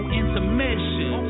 intermission